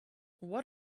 what